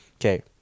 Okay